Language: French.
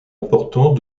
important